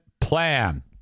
Plan